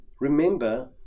Remember